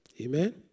Amen